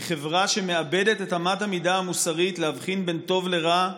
היא חברה שמאבדת את אמת המידה המוסרית להבחין בין טוב לרע,